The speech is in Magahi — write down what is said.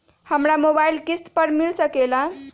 हमरा मोबाइल किस्त पर मिल सकेला?